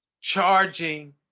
charging